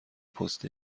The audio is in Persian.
پست